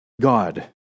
God